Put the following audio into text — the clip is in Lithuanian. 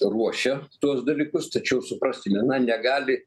ruošia tuos dalykus tačiau supraskime na negali